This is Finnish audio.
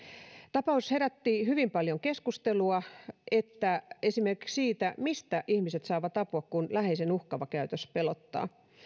tapaus herätti hyvin paljon keskustelua esimerkiksi siitä mistä ihmiset saavat apua kun läheisen uhkaava käytös pelottaa